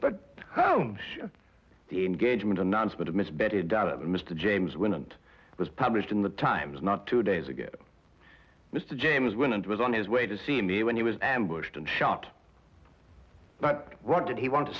but the engagement announcement of miss betty della mr james went was published in the times not two days ago mr james when it was on his way to see me when he was ambushed and shot but what did he want to